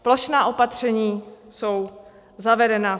Plošná opatření jsou zavedená.